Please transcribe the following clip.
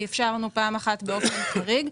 כי אפשרנו פעם אחת באופן חריג.